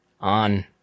on